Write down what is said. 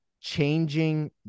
changing